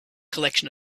collection